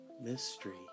Mystery